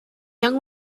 young